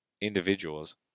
individuals